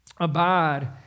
Abide